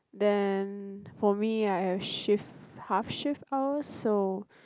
then for me I have shift half shift hours so